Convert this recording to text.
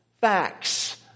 Facts